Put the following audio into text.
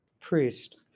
Priest